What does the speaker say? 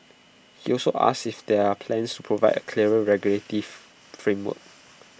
he also asked if there are plans to provide A clearer regulatory framework